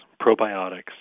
probiotics